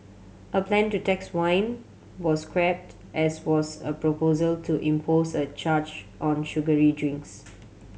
a plan to tax wine was scrapped as was a proposal to impose a charge on sugary drinks